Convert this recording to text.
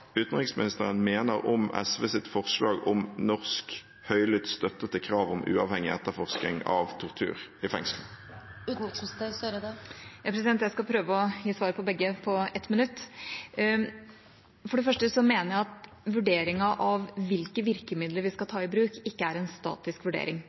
utenriksministeren mener om SVs forslag om norsk høylytt støtte til kravet om uavhengig etterforskning av tortur i fengslene. Jeg skal prøve å gi svar på begge på 1 minutt. For det første mener jeg at vurderingen av hvilke virkemidler vi skal ta i bruk, ikke er en statisk vurdering.